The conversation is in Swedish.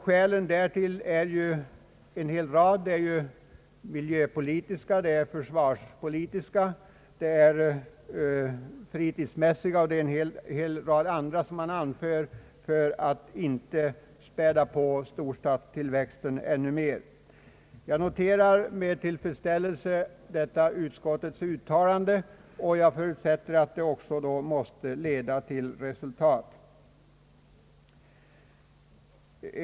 Skälen härtill är ju en hel rad, såsom miljöpolitiska, försvarspolitiska, fritidsmässiga, vilka anförs mot en ökad storstadstillväxt. Jag noterar med tillfredsställelse detta utskottets uttalande, och jag förutsätter att det också snart skall leda till resultat.